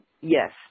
Yes